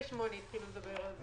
ב-98' התחילו לדבר על זה.